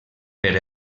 per